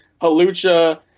halucha